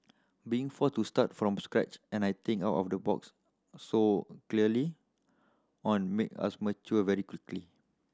being forced to start from scratch and I think out of the box so early on made us mature very quickly